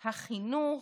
החינוך,